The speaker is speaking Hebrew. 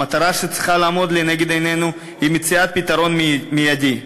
המטרה שצריכה לעמוד לנגד עינינו היא מציאת פתרון מיידי.